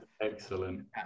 excellent